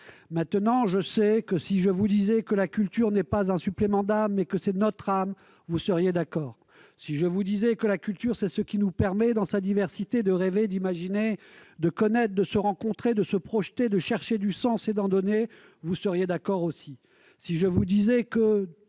Pourtant, je sais que si je vous disais que la culture n'est pas un supplément d'âme, mais qu'elle est notre âme, vous seriez d'accord. Si je vous disais que la culture dans sa diversité est ce qui nous permet de rêver, d'imaginer, de connaître, de nous rencontrer, de nous projeter, de chercher du sens et d'en donner, vous seriez d'accord aussi. Si je vous disais que